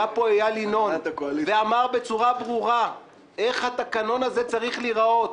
היה פה איל ינון ואמר בצורה ברורה איך התקנון הזה צריך להיראות,